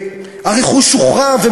והרכוש הוחרם,